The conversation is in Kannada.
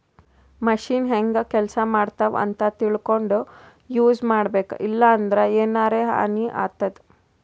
ಮಷಿನ್ ಹೆಂಗ್ ಕೆಲಸ ಮಾಡ್ತಾವ್ ಅಂತ್ ತಿಳ್ಕೊಂಡ್ ಯೂಸ್ ಮಾಡ್ಬೇಕ್ ಇಲ್ಲಂದ್ರ ಎನರೆ ಹಾನಿ ಆತದ್